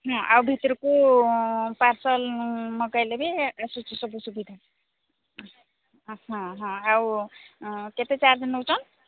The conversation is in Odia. ହଁ ଆଉ ଭିତରକୁ ପାର୍ସଲ ମଗେଇଲେ ବି ଆସୁଛି ସବୁ ସୁବିଧା ହଁ ହଁ ଆଉ କେତେ ଚାର୍ଜ ନଉଛନ୍